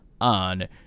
on